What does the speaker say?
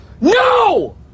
no